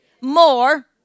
more